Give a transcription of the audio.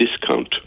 discount